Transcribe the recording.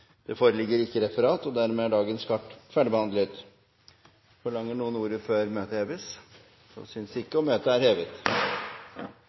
Dermed er dagens kart ferdigbehandlet. Forlanger noen ordet før møtet heves? – Møtet er hevet.